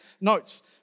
notes